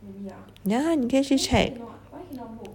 yeah 你可以去 check